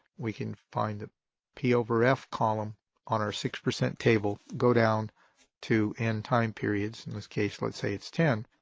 we can find the p over f column on our six percent table, go down to n time periods. in this case let's say it's ten.